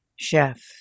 chef